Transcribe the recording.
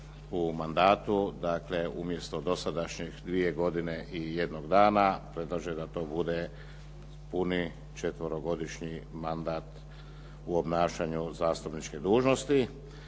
u mandatu, dakle umjesto dosadašnjih 2 godine i 1 dana, predlažem da to bude puni četverogodišnji mandat u obnašanju zastupničke dužnosti.